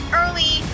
early